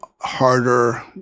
harder